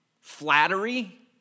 flattery